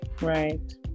right